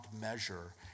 measure